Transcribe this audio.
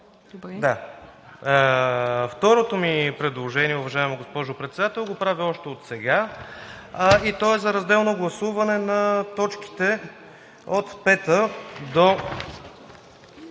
Второто ми предложение, уважаема госпожо Председател, го правя още отсега и то е за разделно гласуване на точките от 5-а до